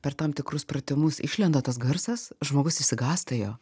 per tam tikrus pratimus išlenda tas garsas žmogus išsigąsta jo